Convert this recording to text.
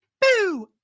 Boo